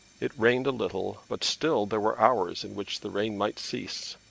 it rained a little but still there were hours in which the rain might cease.